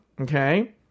Okay